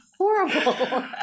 Horrible